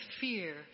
fear